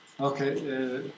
Okay